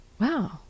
wow